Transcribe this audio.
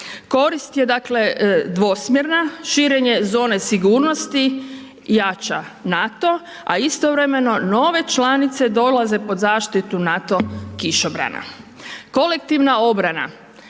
Korist je, dakle, dvosmjerna, širenje zone sigurnosti jača NATO, a istovremeno nove članice dolaze pod zaštitu NATO kišobrana. Kolektivna obrana